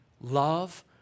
Love